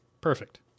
Perfect